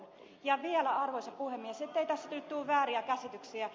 ja vielä arvoisa puhemies ettei tästä nyt tule vääriä käsityksiä